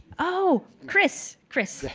ah chris? chris